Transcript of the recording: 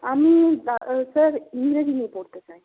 আমি স্যার ইংরেজি নিয়ে পড়তে চাই